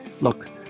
Look